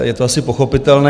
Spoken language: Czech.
Je to asi pochopitelné.